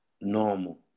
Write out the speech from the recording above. normal